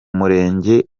murenge